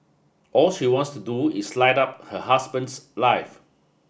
all she wants to do is light up her husband's life